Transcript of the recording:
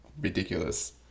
ridiculous